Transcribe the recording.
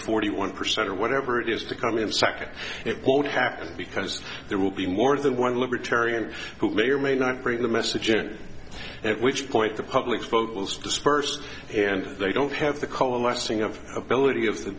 forty one percent or whatever it is to come in second it won't happen because there will be more than one libertarian who may or may not bring the message and if which point the public focus dispersed and they don't have the coalescing of ability of the